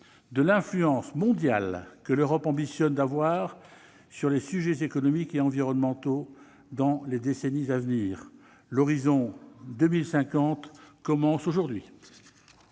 de l'influence mondiale que l'Europe ambitionne d'avoir sur les sujets économiques et environnementaux dans les décennies à venir. Mes chers collègues, l'horizon 2050 commence aujourd'hui.